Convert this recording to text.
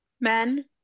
men